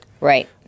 Right